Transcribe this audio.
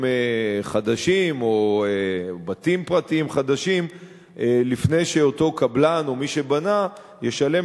חדשים או בתים פרטיים חדשים לפני שאותו קבלן או מי שבנה ישלם